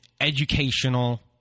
educational